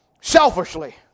selfishly